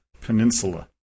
Peninsula